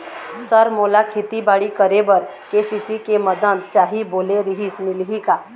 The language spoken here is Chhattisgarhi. सर मोला खेतीबाड़ी करेबर के.सी.सी के मंदत चाही बोले रीहिस मिलही का?